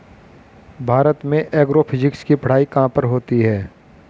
भारत में एग्रोफिजिक्स की पढ़ाई कहाँ पर होती है?